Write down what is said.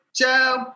Joe